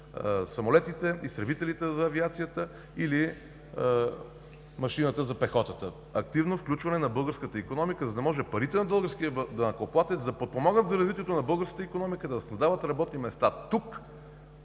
самолетите, изтребителите за авиацията, или машината за пехотата. Активно включване на българската икономика, за да може парите на българския данъкоплатец да подпомагат за развитието на българската икономика, да създават работни места, тук,